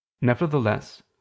Nevertheless